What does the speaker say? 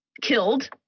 killed